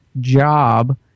job